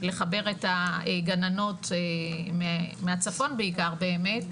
לחבר את הגננות מהצפון בעיקר באמת,